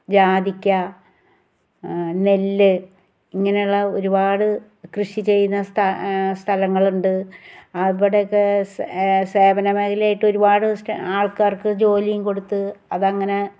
ജാതിക്ക നെല്ല് ഇങ്ങനെ ഉള്ള ഒരുപാട് കൃഷി ചെയ്യുന്ന സ്ഥലങ്ങളുണ്ട് അവടെ ഒക്കെ സേവന മേഖല ആയിട്ട് ഒരുപാട് ആൾക്കാർക്ക് ജോലിയും കൊടുത്ത് അത് അ ങ്ങനെ